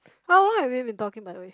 how long have we been talking by the way